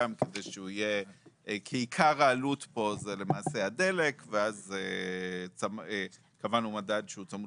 כי עיקר העלות פה זה למעשה הדלק ואז קבענו מדד שהוא צמוד